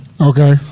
Okay